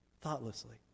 thoughtlessly